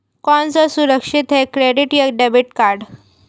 कौन सा सुरक्षित है क्रेडिट या डेबिट कार्ड?